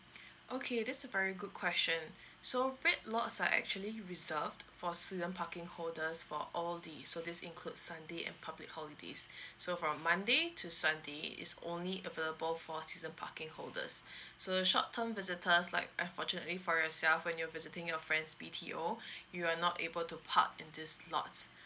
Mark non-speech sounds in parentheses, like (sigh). okay that's a very good question so red lots are actually reserved for season parking holders for all the so this includes sunday and public holidays so from monday to sunday it's only available for season parking holders (breath) so short term visitors like unfortunately for yourself when you're visiting your friend's B_T_O (breath) you are not able to park in this lot